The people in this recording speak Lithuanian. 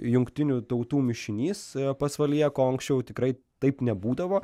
jungtinių tautų mišinys pasvalyje ko anksčiau tikrai taip nebūdavo